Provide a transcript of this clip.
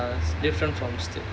ya it's different from steak